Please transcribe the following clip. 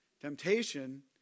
Temptation